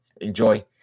Enjoy